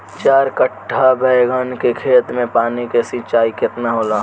चार कट्ठा बैंगन के खेत में पानी के सिंचाई केतना होला?